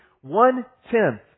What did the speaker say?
one-tenth